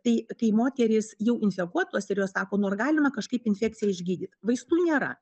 tai kai moterys jau infekuotos ir jos sako nu ar galima kažkaip infekciją išgydyt vaistų nėra